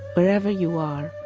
wherever you are,